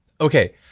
Okay